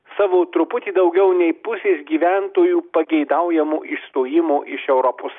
savo truputį daugiau nei pusės gyventojų pageidaujamo išstojimo iš europos